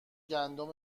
گندم